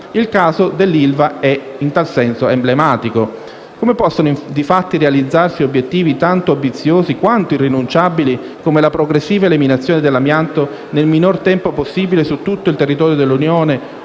Il caso dell'ILVA in tal senso è emblematico. Come possono, difatti, realizzarsi obiettivi tanto ambiziosi quanto irrinunciabili come la progressiva eliminazione dell'amianto nel minor tempo possibile su tutto il territorio dell'Unione,